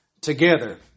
together